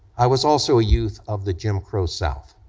i was also a youth of the jim crow south,